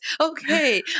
Okay